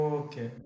okay